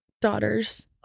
daughters